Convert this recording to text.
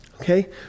Okay